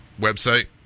website